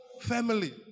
family